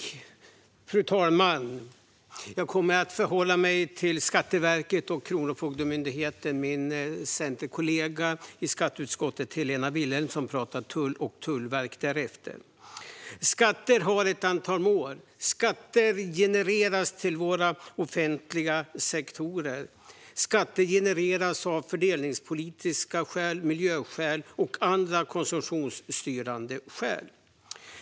Fru talman! Jag kommer att hålla mig till Skatteverket och Kronofogdemyndigheten. Min centerkollega i skatteutskottet, Helena Vilhelmsson, kommer att tala om tull och Tullverket. Det finns ett antal mål med skatter. Skatter genereras till vår offentliga sektor. Skatter genereras av fördelningspolitiska skäl, miljöskäl och andra konsumtionsstyrande skäl.